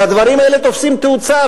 והדברים האלה תופסים תאוצה,